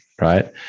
right